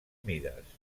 mides